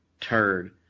turd